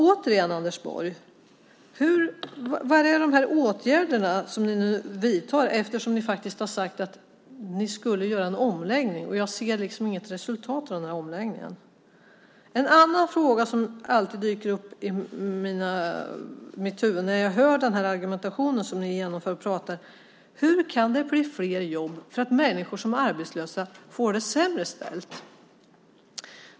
Återigen, Anders Borg: Var är åtgärderna som ni nu vidtar? Ni har faktiskt sagt att ni skulle göra en omläggning. Jag ser inget resultat av den omläggningen. En annan fråga som alltid dyker upp i mitt huvud när jag hör argumentationen är: Hur kan det bli fler jobb för att människor som är arbetslösa får det sämre ställt?